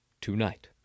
tonight